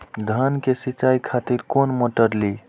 धान के सीचाई खातिर कोन मोटर ली?